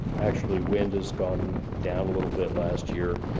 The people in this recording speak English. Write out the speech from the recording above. actually, wind has gone down a little bit last year,